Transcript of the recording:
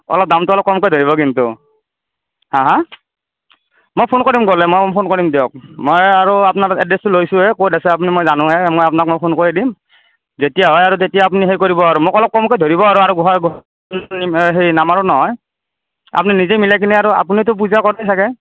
অলপ দামটো অলপ কমকৈ ধৰিব কিন্তু হাঁ হাঁ মই ফোন কৰিম গ'লে মই ফোন কৰিম দিয়ক মই আৰু আপোনাৰ এড্ৰেছটো লৈছোঁয়েই ক'ত আছে আপুনি মই জানোৱেই মই আপোনাক মই ফোন কৰি দিম যেতিয়া হয় আৰু তেতিয়া আপুনি সেই কৰিব আৰু মোক অলপ কমকে ধৰিব আৰু আৰু গোহাই নামাৰো নহয় আপুনি নিজেই মিলাই কিনে আৰু আপুনিটো পূজা কৰেই চাগে